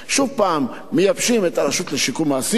שוב פעם מייבשים את הרשות לשיקום האסיר,